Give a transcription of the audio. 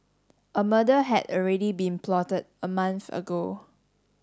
a murder had already been plotted a month ago